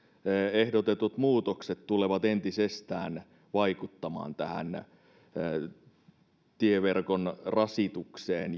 ehdotetut muutoksetkin tulevat entisestään vaikuttamaan tieverkon rasitukseen